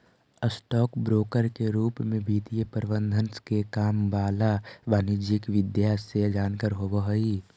stock broker के रूप में वित्तीय प्रबंधन के काम करे वाला वाणिज्यिक विधा के जानकार होवऽ हइ